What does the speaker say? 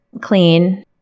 clean